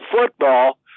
football